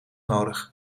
nodig